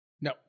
No